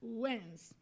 wins